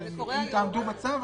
אם תעמדו בצו,